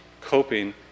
coping